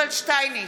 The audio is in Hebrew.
יובל שטייניץ,